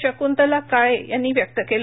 शकुंतला काळे यांनी व्यक्त केलं